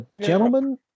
Gentlemen